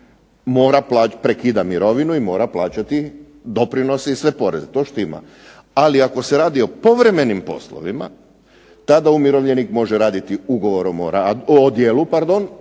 prekida mirovinu i mora plaćati doprinose i sve poreze, to štima. Ali ako se radi o povremenim poslovima tada umirovljenik može raditi ugovorom o djelu